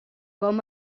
com